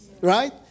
Right